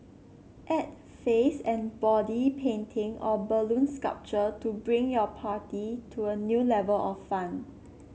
add face and body painting or balloon sculpture to bring your party to a new level of fun